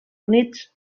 units